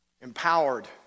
Empowered